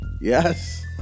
yes